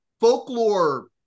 folklore